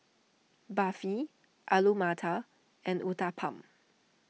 Barfi Alu Matar and Uthapam